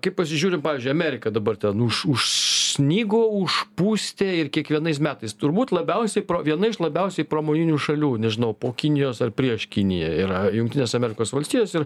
kai pasižiūrim pavyzdžiui ameriką dabar ten užsnigo užpustė ir kiekvienais metais turbūt labiausiai pro viena iš labiausiai pramoninių šalių nežinau po kinijos ar prieš kiniją yra jungtinės amerikos valstijos ir